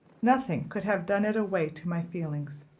nothing could have done it away to my feelings.